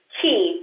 key